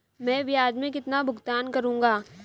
मैं ब्याज में कितना भुगतान करूंगा?